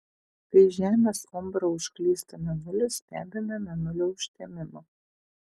kai į žemės umbrą užklysta mėnulis stebime mėnulio užtemimą